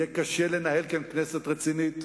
יהיה קשה לנהל כאן כנסת רצינית.